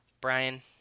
Brian